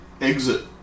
exit